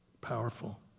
powerful